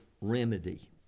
remedy